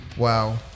Wow